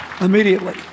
immediately